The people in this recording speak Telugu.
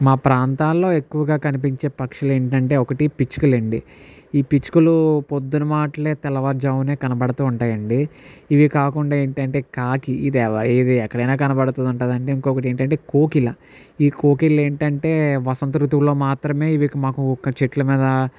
మా ప్రాంతాల్లో ఎక్కువగా కనిపించే పక్షులేంటంటే ఒకటి పిచ్చుకలండి ఈ పిచ్చుకలు పొద్దున మాట్లే తెల్లవారుజామునే కనబడుతూ ఉంటాయండి ఇవి కాకుండా ఏంటంటే కాకి ఇది యవ ఎక్కడైనా కనబడుతూ ఉంటుందండి ఇంకొకటేంటంటే కోకిల ఈ కోకిల ఏంటంటే వసంత రుతువులో మాత్రమే ఇవి మాకు చెట్ల మీద